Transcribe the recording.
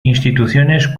instituciones